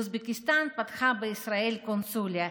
ואוזבקיסטן פתחה בישראל קונסוליה.